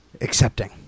Accepting